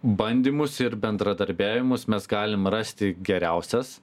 bandymus ir bendradarbiavimus mes galim rasti geriausias